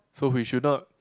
so we should not